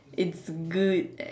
it's good